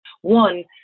One